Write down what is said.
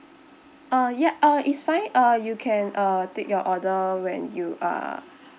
uh ya uh it's fine uh you can uh take your order when you are